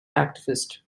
activist